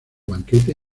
banquete